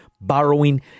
borrowing